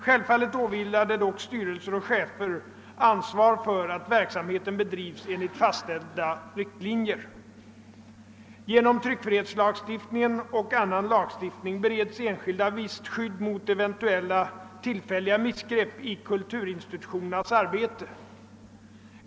Självfallet åvilar det dock styrelser och chefer ansvar för att verksamheten bedrivs enligt fastställda riktlinjer. Genom tryckfrihetslagstiftningen och annan lagstiftning bereds enskilda visst skydd mot eventuella tillfälliga miss grepp i kulturinstitutionernas arbete.